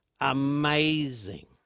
amazing